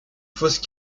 fausse